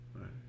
Right